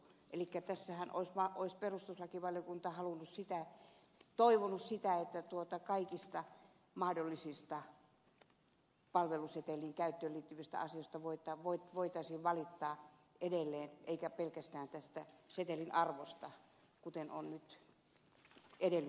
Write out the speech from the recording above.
elikkä tässähän olisi perustuslakivaliokunta toivonut sitä että kaikista mahdollisista palvelusetelin käyttöön liittyvistä asioista voitaisiin valittaa edelleen eikä pelkästään tästä setelin arvosta kuten on nyt edellytetty